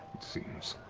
it seems.